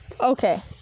Okay